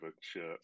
shirt